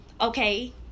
okay